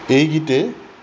এই গীতে